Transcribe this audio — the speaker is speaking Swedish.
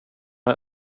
med